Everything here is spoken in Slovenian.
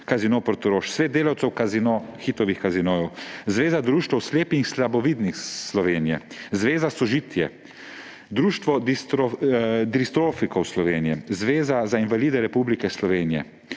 Casino Portorož, svet delavcev Hitovih casinojev, Zveza društev slepih in slabovidnih Slovenije, Zveza Sožitje, Društvo distrofikov Slovenije, zveza za invalide Republike Slovenije,